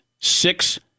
six